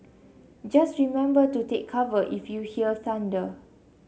just remember to take cover if you hear thunder